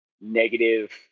negative